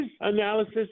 analysis